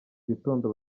gitondo